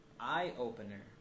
eye-opener